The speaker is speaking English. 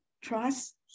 trust